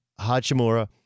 Hachimura